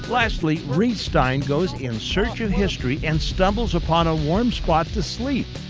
lastly reece stein goes in search of history and stumbles upon a warm spot to sleep.